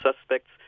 suspects